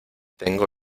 tengo